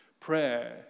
Prayer